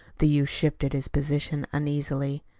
the youth shifted his position uneasily.